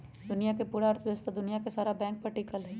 दुनिया के पूरा अर्थव्यवस्था दुनिया के सारा बैंके पर टिकल हई